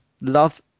love